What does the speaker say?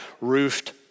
roofed